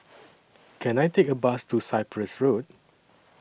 Can I Take A Bus to Cyprus Road